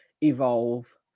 evolve